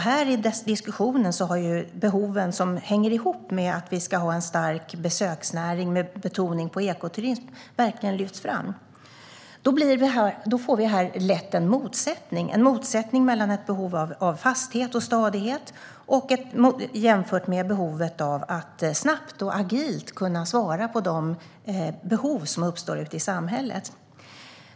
Här i diskussionen har behoven som hänger ihop med att vi ska ha en stark besöksnäring med betoning på ekoturism verkligen lyfts fram. Vi får lätt en motsättning mellan behovet av fasthet och stadighet och behovet av att snabbt och agilt kunna svara på de behov som uppstår i samhället.